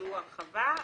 תשקלו הרחבה.